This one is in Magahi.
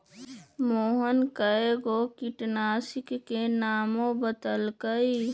मोहन कै गो किटनाशी के नामो बतलकई